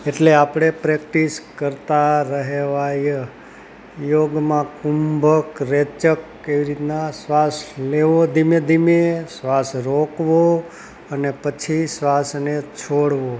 એટલે આપણે પ્રેક્ટિસ કરતાં રહેવાય યોગમાં કુંભક રેચક એવી રીતના શ્વાસ લેવો ધીમે ધીમે શ્વાસ રોકવો અને પછી શ્વાસને છોડવો